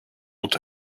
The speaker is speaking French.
ont